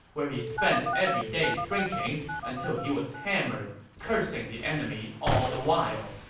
where he spent every day drinking until he was hammered, cursing the enemy all the while